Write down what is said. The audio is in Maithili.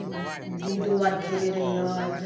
लूडो आर खेलै रहियै